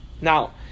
Now